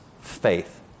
faith